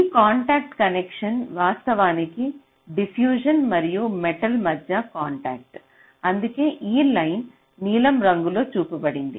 ఈ contact connection వాస్తవానికి diffusion మరియు మెటల్ మధ్య కాంటాక్ట్ అందుకే ఈ లైన్ నీలం రంగులో చూపబడింది